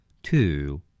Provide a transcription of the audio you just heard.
Two